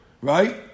Right